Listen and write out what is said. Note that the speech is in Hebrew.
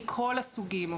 מכל הסוגים,